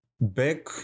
back